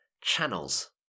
channels